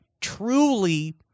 truly